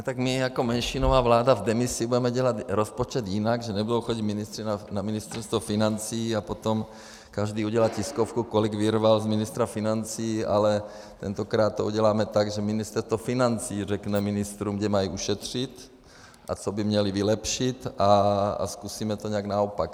No tak my jako menšinová vláda v demisi budeme dělat rozpočet jinak, že nebudou chodit ministři na Ministerstvo financí a potom každý udělá tiskovku, kolik vyrval z ministra financí, ale tentokrát to uděláme tak, že Ministerstvo financí řekne ministrům, kde mají ušetřit a co by měli vylepšit, a zkusíme to nějak naopak.